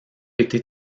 été